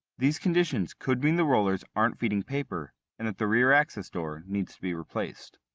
these conditions could mean the rollers aren't feeding paper, and that the rear access door needs to be replaced.